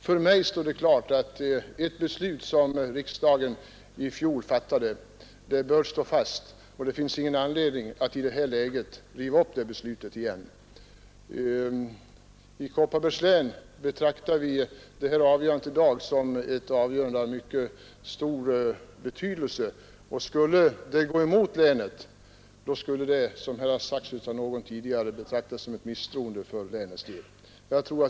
För mig är det klart att det beslut som riksdagen i fjol fattade bör stå fast. Det finns ingen anledning att i detta läge riva upp det beslutet. I Kopparbergs län betraktar vi avgörandet i dag som ett avgörande av mycket stor betydelse. Skulle det gå emot länet skulle det som också tidigare sagts här av några talare betraktas som ett misstroende för länets del.